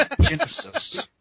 genesis